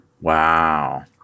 wow